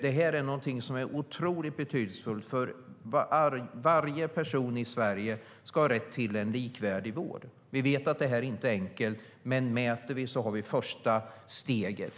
Det här är någonting som är otroligt betydelsefullt, för alla i Sverige ska ha rätt till en likvärdig vård. Vi vet att det inte är enkelt, men när vi mäter tar vi första steget.